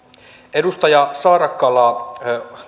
edustaja saarakkala